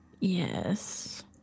yes